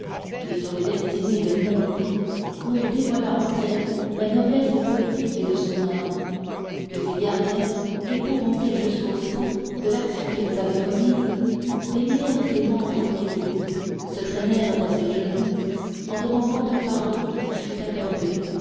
et sur les destinées de l'humanité où il dévoila entière la noblesse poétique de son âme que ses gardiens épouvantés jusqu'au sang de l'action qu'ils avaient commise délièrent ses membres brisés se traînèrent à ses genoux en demandant un pardon qui fut accordé